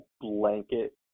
blanket